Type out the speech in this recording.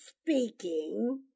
speaking